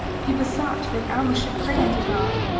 he besought that alma should pray unto god,